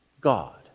God